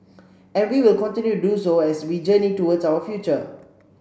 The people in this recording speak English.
and we will continue to do so as we journey towards our future